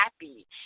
happy